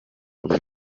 buri